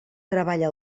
treballa